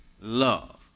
love